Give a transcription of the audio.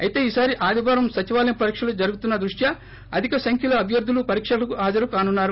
అయితే ఈసారి ఆదివారం సచివాలయ పరీక్షలు జరుగుతున్న దృష్ట్యా అధిక సంఖ్యలో అభ్యర్థులు పరీక్షలకు హాజరు కానున్నారు